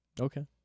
Okay